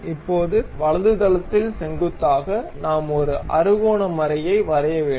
இப்போது வலது தளத்தில் செங்குத்தாக நாம் ஒரு அறுகோணக் மறையை வரைய வேண்டும்